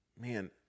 man